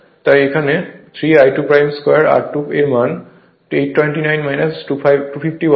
তাই এখানে 3 I2 2 r 2 এর মান 829 250 হবে